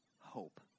hope